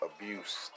Abuse